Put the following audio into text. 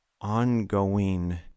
ongoing